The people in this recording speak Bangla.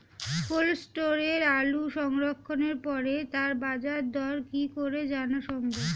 কোল্ড স্টোরে আলু সংরক্ষণের পরে তার বাজারদর কি করে জানা সম্ভব?